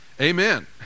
amen